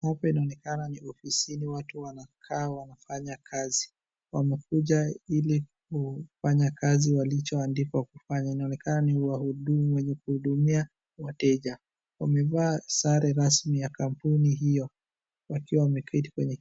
Hapa inaonekeana ni ofisini watu wanakaa wanafanya kazi. Wamekuja ili kufanya kazi walichoandikwa kufanya. Inaonekana ni wahudumu wenye kuhudumia wateja. Wamevaa sare rasmi ya kampuni hiyo wakiwa wameketi kwenye.